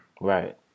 Right